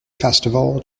festival